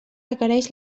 requereix